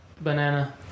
Banana